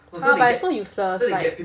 but it's so useless like